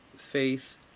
faith